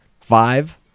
Five